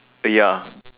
ya